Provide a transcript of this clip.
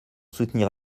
soutenir